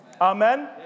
Amen